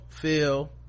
Feel